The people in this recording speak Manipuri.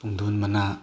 ꯄꯨꯡꯗꯣꯟ ꯃꯅꯥ